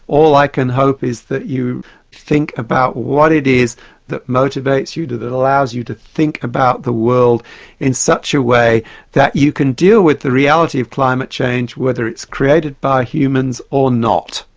all i can hope is that you think about what it is that motivates you, that allows you to think about the world in such a way that you can deal with the reality of climate change whether it's created by humans or not.